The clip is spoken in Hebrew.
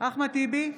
אחמד טיבי,